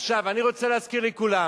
אני רוצה להזכיר לכולם.